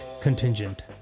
contingent